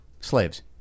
slaves